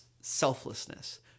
selflessness